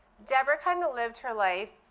deborah kind of lived her life,